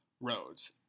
roads